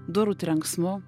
durų trenksmu